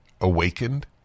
awakened